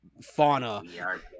Fauna